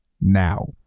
now